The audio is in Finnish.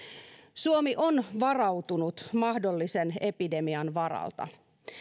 suomi on varautunut mahdollisen epidemian varalta